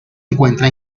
encuentra